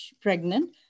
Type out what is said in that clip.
pregnant